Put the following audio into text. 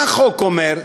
מה החוק אומר?